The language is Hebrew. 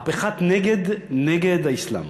מהפכת-נגד נגד האסלאם,